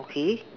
K